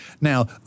Now